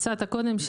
שהצעת קודם,